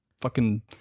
fucking-